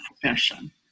profession